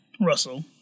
russell